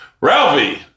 Ralphie